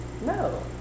No